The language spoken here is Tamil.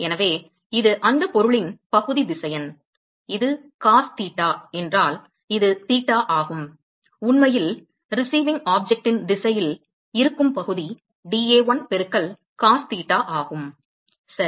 எனவே இது அந்த பொருளின் பகுதி திசையன் இது காஸ் தீட்டா என்றால் இது தீட்டா ஆகும் உண்மையில் பெறும் பொருளின் திசையில் இருக்கும் பகுதி dA1 பெருக்கல் காஸ் தீட்டா ஆகும் சரி